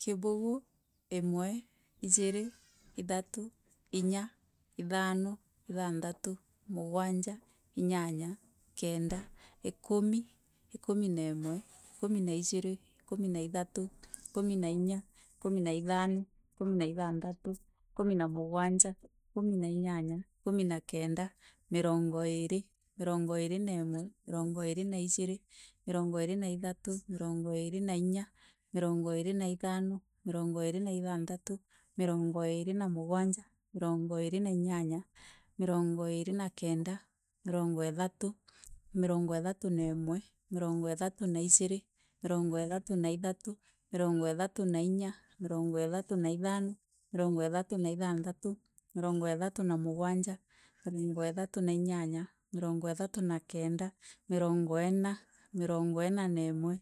Kibugu imwe ijiri ithatu inya ithano ithathatu mugwanja inyanya kenda ikumi na inya ikumi na ithano ikumi na ithantatu ikumi na mugwanja ikumi na inyanya ikumi kenda mirongo iri mirongo iri na imwe mirongo iri na ijiri mirongo iri na ithutu, mirongo iri na inya, mirongo iri na ithano, mirongo na ithanthatu, mirongo iri na mugwanja, mirongo iri na inyanya, mirongo iri na kendu, mirongo ithatu, mirongo ithatu na imwe, mirongo ithatu na ijiri mirongo ithatu na ithatu mirongo ithatu na inye, mirongo ithatu na ithano mirongo ithatu na ithanthatu mirongo ithatu na mugwanja mirongo ithatu na inyanya mirongo ithatu na kenda mirongo ina na imwe